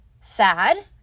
sad